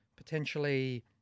potentially